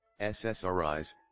SSRIs